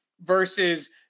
versus